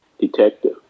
Detective